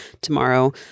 tomorrow